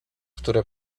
które